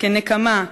כנקמה,